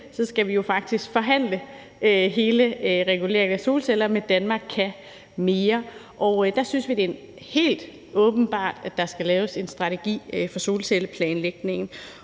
om lidt skal forhandle hele reguleringen af solceller med »Danmark kan mere«, og der synes vi, det er helt åbenbart, at der skal laves en strategi for solcelleplanlægningen,